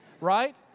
right